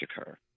occur